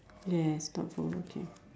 yes thoughtful okay